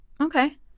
Okay